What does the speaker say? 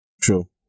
True